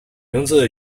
名字